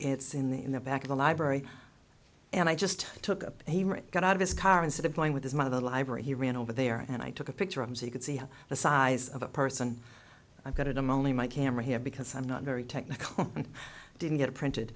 it's in the in the back of the library and i just took up he really got out of his car instead of playing with his mother the library he ran over there and i took a picture of him so you could see the size of a person i got it i'm only my camera here because i'm not very technical and didn't get printed